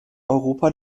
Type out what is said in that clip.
europa